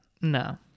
No